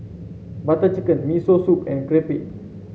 Butter Chicken Miso Soup and Crepe